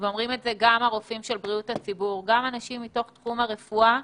אומרים את זה גם אנשים מתוך תחום הרפואה.